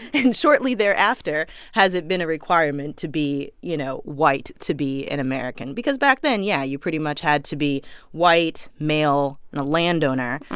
and shortly thereafter has it been a requirement to be, you know, white to be an american because back then, yeah, you pretty much had to be white, male and a landowner.